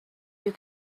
you